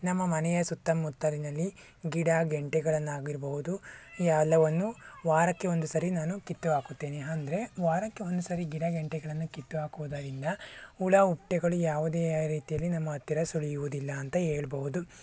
ನಮ್ಮ ಮನೆಯ ಸುತ್ತಮುತ್ತಲಿನಲ್ಲಿ ಗಿಡ ಗೆಂಟೆಗಳನ್ನಾಗಿರ್ಬಹುದು ಎಲ್ಲವನ್ನೂ ವಾರಕ್ಕೆ ಒಂದು ಸಾರಿ ನಾನು ಕಿತ್ತು ಹಾಕುತ್ತೇನೆ ಅಂದ್ರೆ ವಾರಕ್ಕೆ ಒಂದು ಸಾರಿ ಗಿಡ ಗೆಂಟೆಗಳನ್ನು ಕಿತ್ತು ಹಾಕುವುದರಿಂದ ಹುಳ ಹುಪ್ಟೆಗಳು ಯಾವುದೇ ರೀತಿಯಲ್ಲಿ ನಮ್ಮ ಹತ್ತಿರ ಸುಳಿಯುವುದಿಲ್ಲ ಅಂತ ಹೇಳ್ಬೌದು